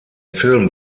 film